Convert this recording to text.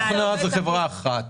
בית התוכנה זה חברה אחת,